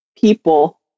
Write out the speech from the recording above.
people